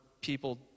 people